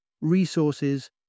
resources